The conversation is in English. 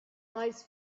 eyes